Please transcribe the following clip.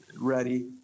ready